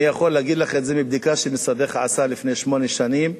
אני יכול להגיד לך את זה מבדיקה שמשרדך עשה לפני שמונה שנים,